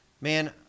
man